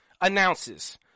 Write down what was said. announces